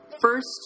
first